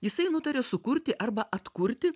jisai nutarė sukurti arba atkurti